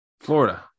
Florida